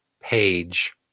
page